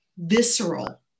visceral